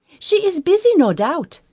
she is busy, no doubt,